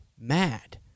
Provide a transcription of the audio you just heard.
mad